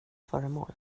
föremål